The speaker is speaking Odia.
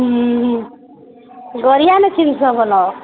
ଉଁ ହୁଁ ଗଡ଼ିଆ ନ ଗଲ